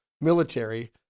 military